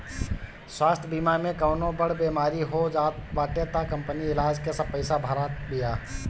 स्वास्थ्य बीमा में कवनो बड़ बेमारी हो जात बाटे तअ कंपनी इलाज के सब पईसा भारत बिया